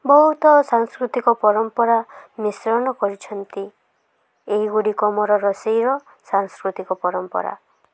ବହୁତ ସାଂସ୍କୃତିକ ପରମ୍ପରା ମିଶ୍ରଣ କରିଛନ୍ତି ଏହିଗୁଡ଼ିକ ମୋର ରୋଷେଇର ସାଂସ୍କୃତିକ ପରମ୍ପରା